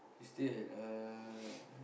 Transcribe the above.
she stay at uh